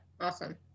Awesome